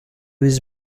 was